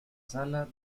sala